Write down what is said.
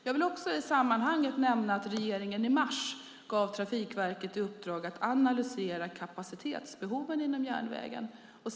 Jag vill också i sammanhanget nämna att regeringen i mars gav Trafikverket i uppdrag att analysera kapacitetsbehoven inom järnvägen.